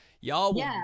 Y'all